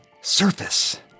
surface